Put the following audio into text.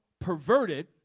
perverted